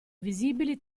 visibili